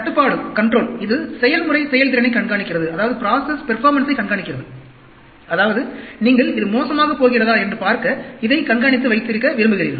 கட்டுப்பாடு இது செயல்முறை செயல்திறனைக் கண்காணிக்கிறது அதாவது நீங்கள் இது மோசமாகப் போகிறதா என்று பார்க்க இதைக் கண்காணித்து வைத்திருக்க விரும்புகிறீர்கள்